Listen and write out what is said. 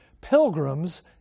Pilgrims